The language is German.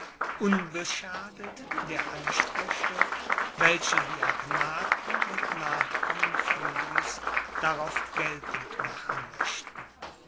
uubeschadet der ansprüche welche die agnaten und nachkommen friedrichs darauf geltend machen möchten